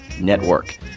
Network